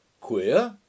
Queer